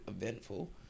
eventful